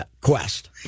Quest